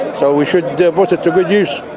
so we should put it to good use.